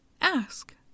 ask